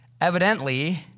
Evidently